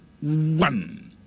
one